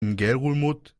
ngerulmud